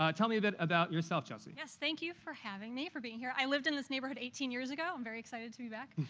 um tell me a bit about yourself, chelsea. yes, thank you for having me, for being here. i lived in this neighborhood eighteen years ago. i'm very excited to be back.